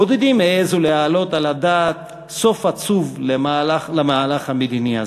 בודדים העזו להעלות על הדעת סוף עצוב למהלך המדיני הזה,